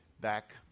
Back